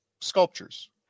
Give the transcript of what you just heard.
sculptures